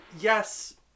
Yes